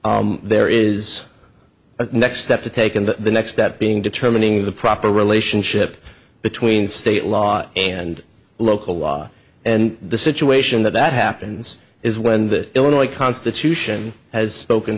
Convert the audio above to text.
there is a next step to take in the next that being determining the proper relationship between state law and local law and the situation that that happens is when the illinois constitution has spoken